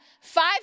five